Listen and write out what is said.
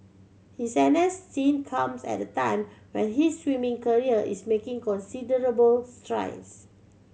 his N S stint comes at a time when his swimming career is making considerable strides